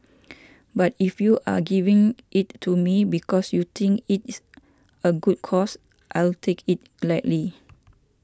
but if you are giving it to me because you think it's a good cause I'll take it gladly